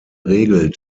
regel